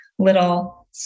Little